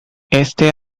este